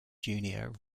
junior